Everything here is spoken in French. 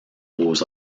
beaux